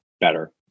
better